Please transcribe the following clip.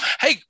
Hey